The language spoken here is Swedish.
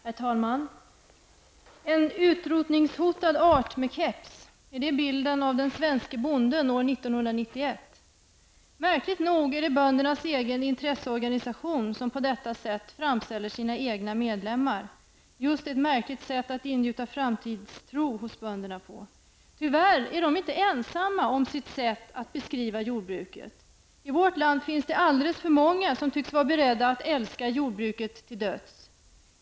Herr talman! En utrotningshotad art med keps -- är det bilden av den svenska bonden år 1991? Det är märkligt nog böndernas egna intresseorganisation som på detta sätt framställer sina egna medlemmar. Det är just ett märkligt sätt att ingjuta framtidstro hos bönderna på. De är tyvärr inte ensamma om sitt sätt att beskriva jordbruket. Det finns i vårt land alldeles för många som tycks vara beredda att älska jordbruket till döds.